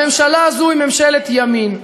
הממשלה הזאת היא ממשלת ימין.